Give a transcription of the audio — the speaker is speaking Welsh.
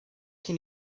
cyn